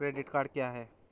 Credit card क्या है?